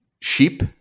Sheep